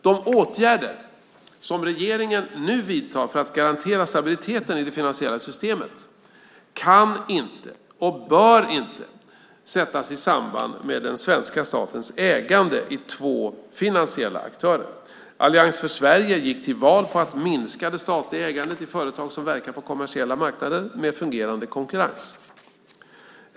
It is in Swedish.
De åtgärder som regeringen nu vidtar för att garantera stabiliteten i det finansiella systemet kan inte, och bör inte, sättas i samband med svenska statens ägande i två finansiella aktörer. Allians för Sverige gick till val på att minska det statliga ägandet i företag som verkar på kommersiella marknader med fungerande konkurrens.